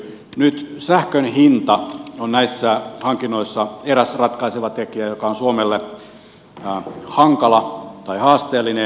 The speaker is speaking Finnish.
nyt sähkön hinta on näissä hankinnoissa eräs ratkaiseva tekijä joka on suomelle hankala tai haasteellinen